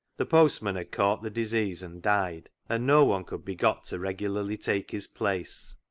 the postman had caught the disease and died, and no one could be got to regularly take his place.